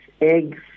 eggs